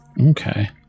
Okay